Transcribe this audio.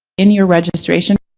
in your registration.